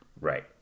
Right